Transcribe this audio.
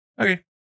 Okay